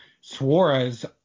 Suarez